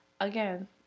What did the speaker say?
Again